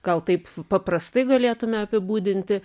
gal taip paprastai galėtume apibūdinti